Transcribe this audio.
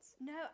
No